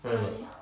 right or not